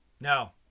No